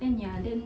then ya then